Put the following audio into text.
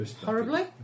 horribly